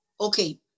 Okay